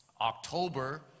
October